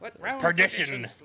Perdition